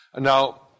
Now